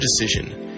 decision